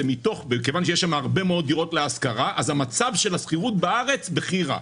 וכיוון שיש שם הרבה מאוד דירות להשכרה אז המצב של השכירות בארץ בכי רע,